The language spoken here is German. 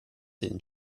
den